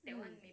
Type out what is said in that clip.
mm